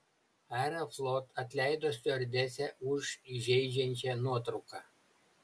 aeroflot atleido stiuardesę už įžeidžiančią nuotrauką